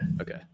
Okay